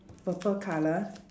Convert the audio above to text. purple colour